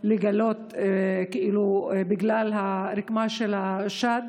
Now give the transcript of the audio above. לגלות, בגלל רקמת השד.